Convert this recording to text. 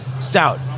stout